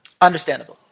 Understandable